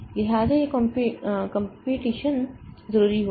लिहाजा वह कंपटीशन जरूरी होगा